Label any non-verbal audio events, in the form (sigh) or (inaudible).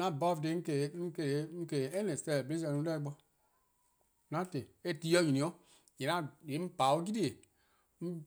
'An birthday 'on (hesitation) se any celebration no' do eh bo, nothing. :mor eh ti 'nyni 'o :yee' 'on pa-' 'yli-eh